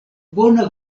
bona